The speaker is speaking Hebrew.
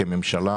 כממשלה,